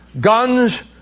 Guns